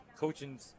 Coaching